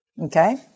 Okay